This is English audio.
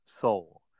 soul